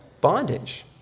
bondage